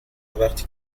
وقتی